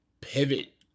pivot